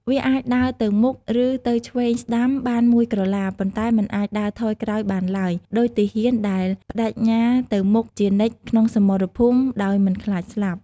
វាអាចដើរទៅមុខ ឬទៅឆ្វេងស្តាំបានមួយក្រឡា ប៉ុន្តែមិនអាចដើរថយក្រោយបានឡើយ ដូចទាហានដែលប្តេជ្ញាទៅមុខជានិច្ចក្នុងសមរភូមិដោយមិនខ្លាចស្លាប់។